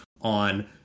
on